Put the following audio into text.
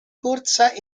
corsa